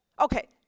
Okay